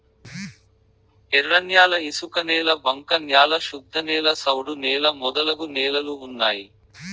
ఎర్రన్యాల ఇసుకనేల బంక న్యాల శుద్ధనేల సౌడు నేల మొదలగు నేలలు ఉన్నాయి